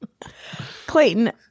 Clayton